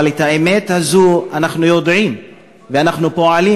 אבל את האמת הזאת אנחנו יודעים ואנחנו פועלים,